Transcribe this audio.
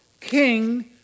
king